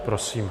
Prosím.